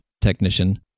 technician